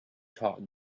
talk